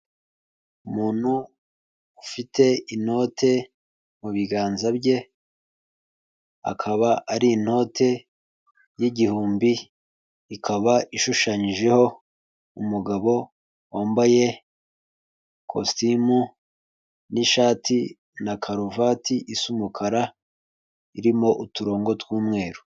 Umuntu ufite inote mu biganza bye, akaba ari inote y'igihumbi, ikaba ishushanyijeho umugabo wambaye kositimu n'ishati na karuvati isa umukara, irimo uturongo tw'umweru.